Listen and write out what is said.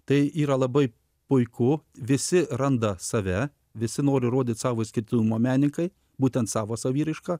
tai yra labai puiku visi randa save visi nori rodyti savo išskirtinuma menikai būtent savo saviraiška